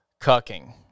Cucking